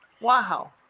Wow